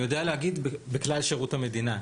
אני יודע להגיד בכלל שירות המדינה.